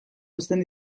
uzten